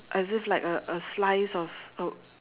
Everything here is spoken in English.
as if like a a slice of uh